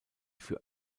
für